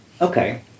Okay